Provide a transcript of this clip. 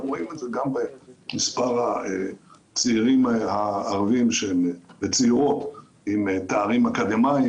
אתם רואים את זה גם במספר הצעירים והצעירות הערבים עם תארים אקדמאיים,